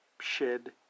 shed